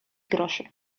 groszy